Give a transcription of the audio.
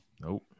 nope